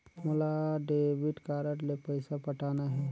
मोला debit card ले पइसा पटाना हे?